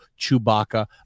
Chewbacca